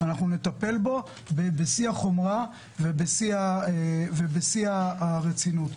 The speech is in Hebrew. בשיא החומרה ובשיא הרצינות,